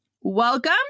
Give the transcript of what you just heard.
welcome